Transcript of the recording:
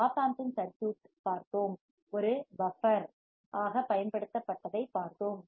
OP Amp இன் circuit பார்த்தோம் ஒரு பஃபர் ஆகப் பயன்படுத்தப்பட்டதைப் பார்த்தோம்